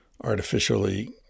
artificially